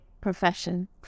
profession